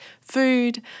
food